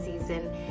season